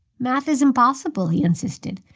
math is impossible, he insisted.